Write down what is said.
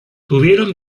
tuvieron